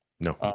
No